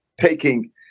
taking